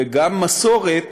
וגם מסורת